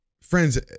friends